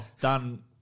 done